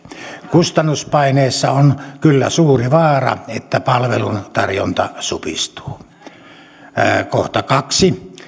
kustannuspaineessa on kyllä suuri vaara että palvelun tarjonta supistuu kaksi